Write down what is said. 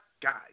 guys